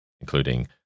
including